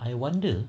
I wonder